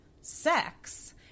sex